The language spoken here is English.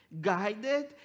guided